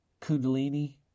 kundalini